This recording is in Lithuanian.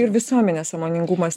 ir visuomenės sąmoningumas